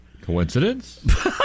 Coincidence